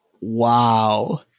Wow